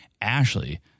Ashley